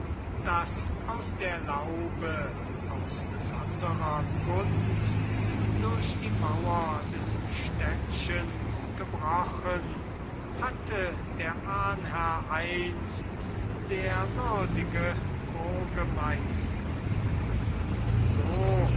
das aus der laube aus besonderer gunst durch die mauer des städtchens gebrochen hatte der ahnherr einst der würdige burgemeister und so